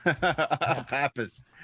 pappas